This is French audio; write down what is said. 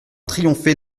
triompher